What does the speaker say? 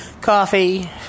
coffee